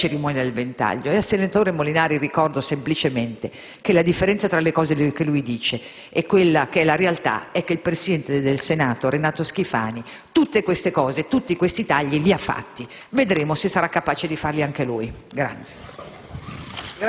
avere in questo Paese. Al senatore Molinari ricordo semplicemente che la differenza tra le cose che lui dice e la realtà è che il Presidente del Senato, Renato Schifani, tutte queste cose, tutti questi tagli li ha fatti. Vedremo se sarà capace di farli anche lui.